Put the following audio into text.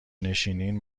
نشینین